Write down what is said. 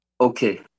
Okay